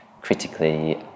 critically